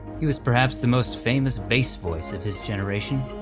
he was perhaps the most famous bass voice of his generation,